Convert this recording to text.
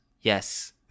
Yes